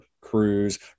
Cruise